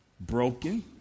broken